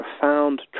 profound